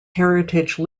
heritage